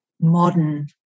modern